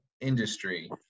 industry